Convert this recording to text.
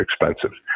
expensive